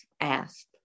asked